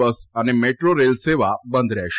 બસ અને metro rail સેવા બંધ રહેશે